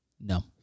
No